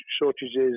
shortages